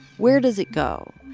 where does it go?